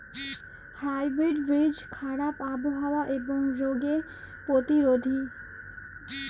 hybrid বীজ খারাপ আবহাওয়া এবং রোগে প্রতিরোধী